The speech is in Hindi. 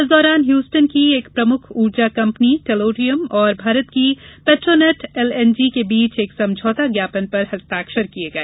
इस दौरान ह्यूस्ट्न की एक प्रमुख ऊर्जा कम्पनी टेलुरियन और भारत की पेट्रोनेट एलएनजी के बीच एक समझौता ज्ञापन पर हस्ताक्षर किए गए